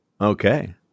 Okay